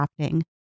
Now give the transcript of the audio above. crafting